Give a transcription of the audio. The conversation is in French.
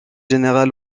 général